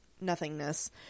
nothingness